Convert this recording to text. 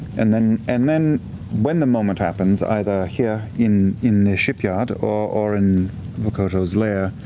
and then and then when the moment happens, either here in in the shipyard, or in vokodo's lair,